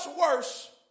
worse